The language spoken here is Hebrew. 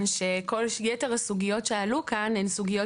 כל יתר הסוגיות שעלו כאן הן סוגיות